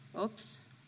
Oops